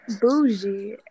Bougie